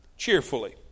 Cheerfully